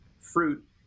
fruit